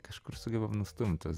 kažkur sugebam nustumt tuos